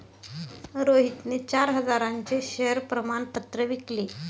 रोहितने चार हजारांचे शेअर प्रमाण पत्र विकले